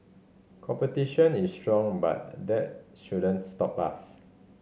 competition is strong but that shouldn't stop us